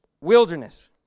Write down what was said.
wilderness